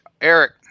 Eric